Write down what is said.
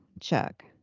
Chuck